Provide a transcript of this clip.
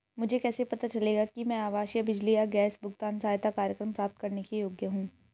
मुझे कैसे पता चलेगा कि मैं आवासीय बिजली या गैस भुगतान सहायता कार्यक्रम प्राप्त करने के योग्य हूँ?